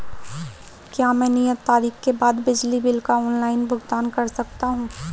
क्या मैं नियत तारीख के बाद बिजली बिल का ऑनलाइन भुगतान कर सकता हूं?